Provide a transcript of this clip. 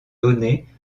données